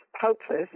hopeless